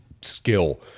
skill